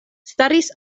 staris